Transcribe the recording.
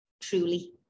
Truly